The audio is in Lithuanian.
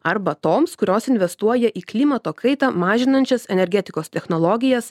arba toms kurios investuoja į klimato kaitą mažinančias energetikos technologijas